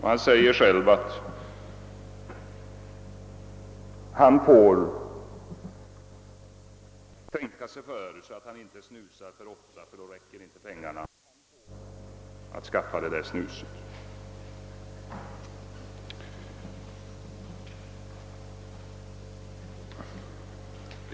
Han säger själv att han får tänka sig för så att han inte snusar för ofta, ty i så fall räcker inte pengarna till för att skaffa snuset.